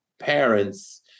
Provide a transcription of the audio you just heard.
parents